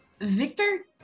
Victor